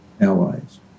allies